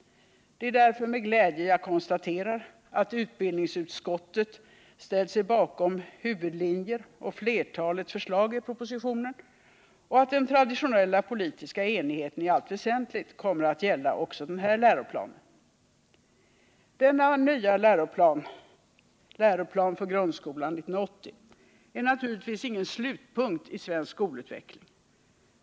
Det är därför med glädje jag konstaterar att utbildningsutskottet ställt sig bakom huvudlinjer och flertalet förslag i propositionen och att den traditionella politiska enigheten i allt väsentligt kommer att gälla också den här läroplanen. Den nya läroplanen — Igr 80 — är naturligtvis ingen slutpunkt i svensk skolutveckling.